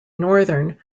northern